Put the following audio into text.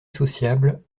sociable